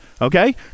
okay